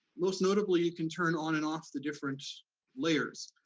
most notably, you can turn on and off the different layers,